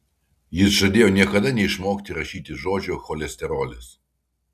jis žadėjo niekada neišmokti rašyti žodžio cholesterolis